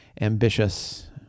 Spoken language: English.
ambitious